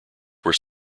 were